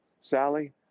Sally